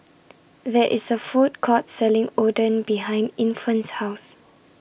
There IS A Food Court Selling Oden behind Infant's House